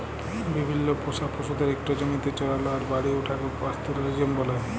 বিভিল্ল্য পোষা পশুদের ইকট জমিতে চরাল আর বাড়ে উঠাকে পাস্তরেলিজম ব্যলে